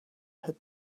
had